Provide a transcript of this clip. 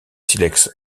silex